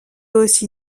aussi